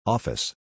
Office